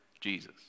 Jesus